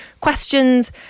questions